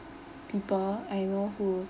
people I know who